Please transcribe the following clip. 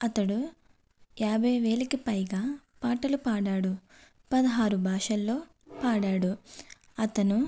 అతడు యాబైవేలకు పైగా పాటలు పాడాడు పదహారు భాషల్లో పాడాడు అతను